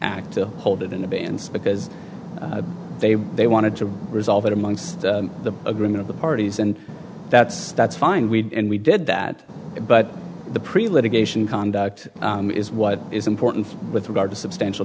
act to hold it in abeyance because they they wanted to resolve it amongst the agreement of the parties and that's that's fine we and we did that but the pre litigation conduct is what is important with regard to substantial